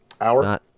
Hour